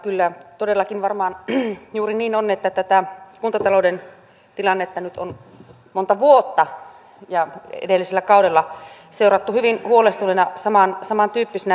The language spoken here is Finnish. kyllä todellakin varmaan juuri niin on että tätä kuntatalouden tilannetta nyt on monta vuotta ja edellisellä kaudella seurattu hyvin huolestuneena samantyyppisenä